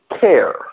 care